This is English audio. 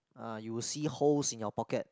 uh you'll see holes in your pocket